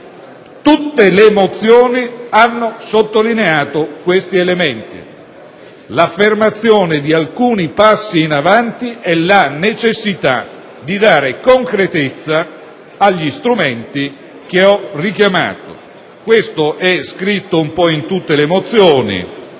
Tutte le mozioni hanno sottolineato questi elementi: l'affermazione di alcuni passi in avanti e la necessità di dare concretezza agli strumenti che ho richiamato. Questo è scritto in tutte le mozioni: